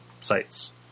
sites